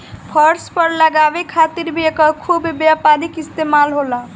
फर्श पर लगावे खातिर भी एकर खूब व्यापारिक इस्तेमाल होला